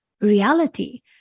reality